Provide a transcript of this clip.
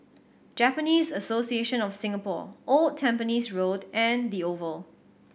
Japanese Association of Singapore Old Tampines Road and The Oval